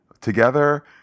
together